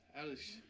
Alex